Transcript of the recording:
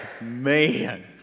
Man